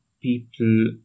people